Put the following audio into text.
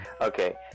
Okay